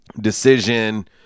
decision